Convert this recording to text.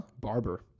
Barber